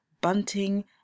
bunting